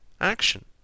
action